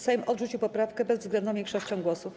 Sejm odrzucił poprawkę bezwzględną większością głosów.